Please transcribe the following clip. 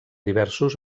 diversos